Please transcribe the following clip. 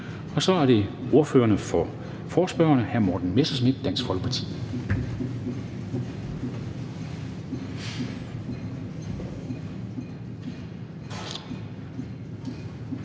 Så er det ordføreren for forespørgerne, hr. Morten Messerschmidt, Dansk Folkeparti.